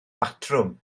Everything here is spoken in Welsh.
batrwm